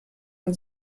man